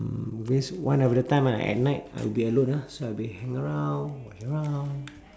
waste one of the time ah at night I will be alone lah so I will be hang around walk around